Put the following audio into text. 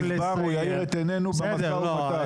הגזבר יאיר את עיננו במשא ומתן.